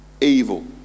evil